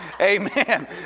Amen